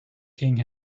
king